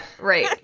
right